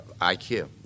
IQ